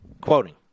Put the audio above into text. quoting